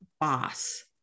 boss